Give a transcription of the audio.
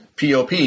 POP